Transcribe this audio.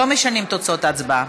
ולא משנים את תוצאות ההצבעה,